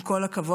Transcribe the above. עם כל הכבוד,